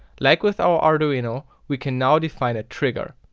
like with our arduino we can now define a trigger.